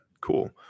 cool